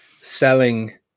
selling